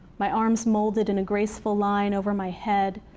my arms molded in a graceful line over my head,